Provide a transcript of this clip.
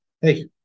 Hey